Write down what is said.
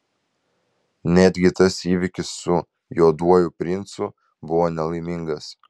netgi tas įvykis su juoduoju princu buvo nelaimingas